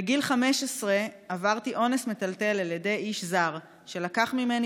בגיל 15 עברתי אונס מטלטל על ידי איש זר שלקח ממני